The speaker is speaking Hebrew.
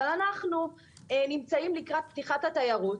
אבל אנחנו נמצאים לקראת פתיחת התיירות,